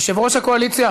יושב-ראש הקואליציה